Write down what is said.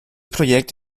projekt